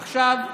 עכשיו,